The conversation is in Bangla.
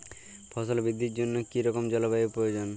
ফসল বৃদ্ধির জন্য কী রকম জলবায়ু প্রয়োজন?